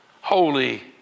Holy